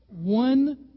One